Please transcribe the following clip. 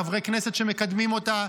חברי כנסת מקדמים אותה.